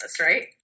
right